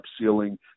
ceiling